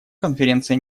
конференция